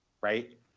right